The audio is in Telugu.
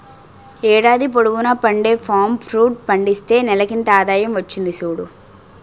ఏడాది పొడువునా పండే పామ్ ఫ్రూట్ పండిస్తే నెలకింత ఆదాయం వచ్చింది సూడు